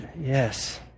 Yes